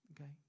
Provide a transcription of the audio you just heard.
Okay